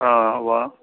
ആ ഉവ്വ